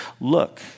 look